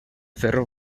ferro